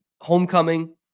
homecoming